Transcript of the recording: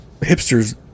hipsters